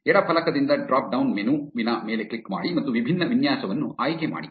ಎಡ ಫಲಕದಿಂದ drop down menu ವಿನ ಮೇಲೆ ಕ್ಲಿಕ್ ಮಾಡಿ ಮತ್ತು ವಿಭಿನ್ನ ವಿನ್ಯಾಸವನ್ನು ಆಯ್ಕೆಮಾಡಿ